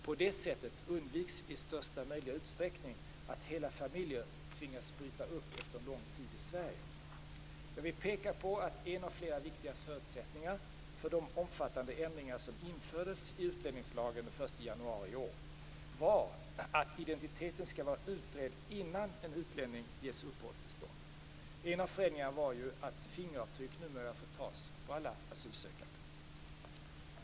På det sättet undviks i största möjliga utsträckning att hela familjer tvingas bryta upp efter en lång tid i Sverige. Jag vill peka på att en av flera viktiga förutsättningar för de omfattande ändringar som infördes i utlänningslagen den 1 januari i år var att identiteten skall vara utredd innan en utlänning ges uppehållstillstånd. En av förändringarna var att fingeravtryck numera får tas på alla asylsökande.